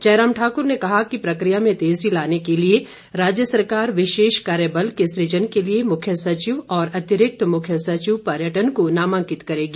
जयराम ठाकूर ने कहा कि प्रक्रिया में तेजी लाने के लिए राज्य सरकार विशेष कार्य बल के सूजन के लिए मुख्य सचिव और अतिरिक्त मुख्य सचिव पर्यटन को नामांकित करेगी